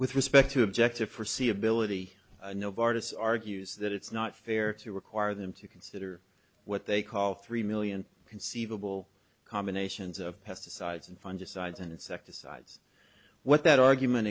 with respect to object to forsee ability novartis argues that it's not fair to require them to consider what they call three million conceivable combinations of pesticides and fungicides and insecticides what that argument